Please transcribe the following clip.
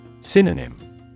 Synonym